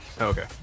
Okay